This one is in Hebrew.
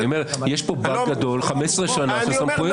אני אומר, יש פה באג גדול, 15 שנה של סמכויות.